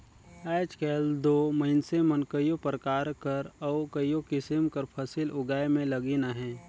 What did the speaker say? आएज काएल दो मइनसे मन कइयो परकार कर अउ कइयो किसिम कर फसिल उगाए में लगिन अहें